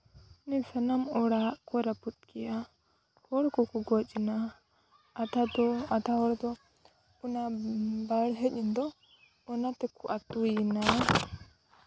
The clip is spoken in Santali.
ᱥᱟᱱᱟᱢ ᱚᱲᱟᱜ ᱠᱚᱭ ᱨᱟᱹᱯᱩᱫ ᱠᱮᱜᱼᱟ ᱦᱚᱲ ᱠᱚᱠᱚ ᱜᱚᱡ ᱮᱱᱟ ᱟᱫᱷᱟ ᱫᱚ ᱟᱫᱷᱟ ᱦᱚᱲ ᱫᱚ ᱚᱱᱟ ᱵᱟᱲᱦᱟ ᱨᱮᱫᱚ ᱚᱱᱟ ᱛᱮᱠᱚ ᱟᱹᱛᱩᱭᱮᱱᱟ